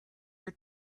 your